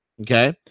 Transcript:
okay